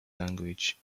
language